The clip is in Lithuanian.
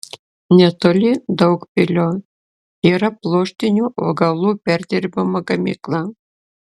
netoli daugpilio yra pluoštinių augalų perdirbimo gamykla